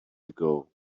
ago